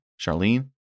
Charlene